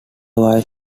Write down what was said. while